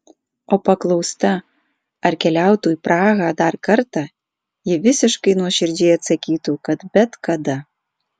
o paklausta ar keliautų į prahą dar kartą ji visiškai nuoširdžiai atsakytų kad bet kada